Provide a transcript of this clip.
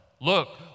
Look